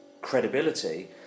credibility